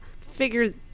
figure –